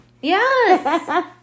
Yes